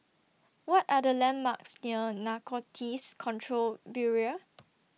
What Are The landmarks near Narcotics Control Bureau